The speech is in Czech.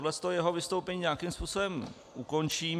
Já toto jeho vystoupení nějakým způsobem ukončím.